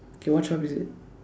okay what shop is it